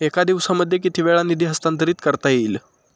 एका दिवसामध्ये किती वेळा निधी हस्तांतरीत करता येईल?